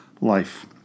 life